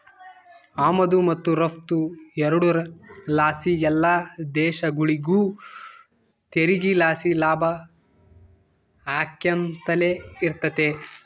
ಆಮದು ಮತ್ತು ರಫ್ತು ಎರಡುರ್ ಲಾಸಿ ಎಲ್ಲ ದೇಶಗುಳಿಗೂ ತೆರಿಗೆ ಲಾಸಿ ಲಾಭ ಆಕ್ಯಂತಲೆ ಇರ್ತತೆ